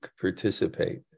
participate